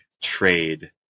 trade